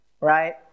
right